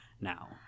now